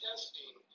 Testing